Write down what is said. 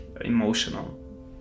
emotional